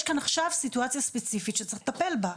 יש כאן עכשיו סיטואציה ספציפית שצריך לטפל בה,